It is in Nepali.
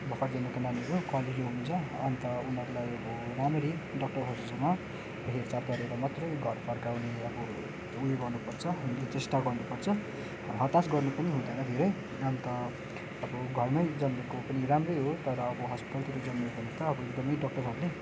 भर्खर जन्मेको नानीहरू कमजोरी हुन्छ अन्त उनीहरूलाई अब राम्ररी डक्टरहरूसँग हेरचाह गरेर मात्रै घर फर्काउने अब उयो गर्नुपर्छ हामीले चेष्टा गर्नुपर्छ हतास गर्नु पनि हुँदैन धेरै अन्त अब घरमै जन्मेको पनि राम्रै हो तर अब हस्पिटलतिर जन्मेको छ भने त अब एकदमै डक्टरहरूले